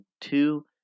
two